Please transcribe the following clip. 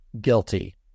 guilty